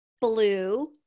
blue